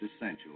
essential